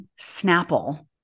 Snapple